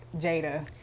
Jada